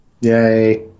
Yay